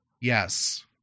yes